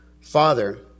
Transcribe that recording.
Father